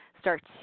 start